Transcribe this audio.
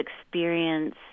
experience